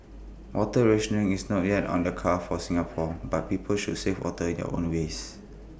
water rationing is not yet on the cards for Singapore but people should save water in their own ways